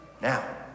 Now